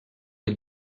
est